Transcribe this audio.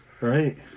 right